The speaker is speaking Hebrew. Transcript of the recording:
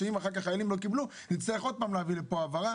שאם אחר כך החיילים לא קיבלו נצטרך עוד פעם להביא לפה העברה.